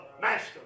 master